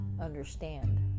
understand